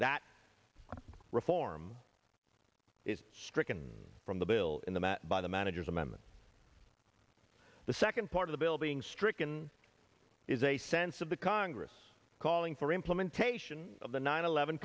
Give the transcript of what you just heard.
that reform is stricken from the bill in the mat by the manager's amendment the second part of the bill being stricken is a sense of the congress calling for implementation of the nine eleven